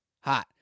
hot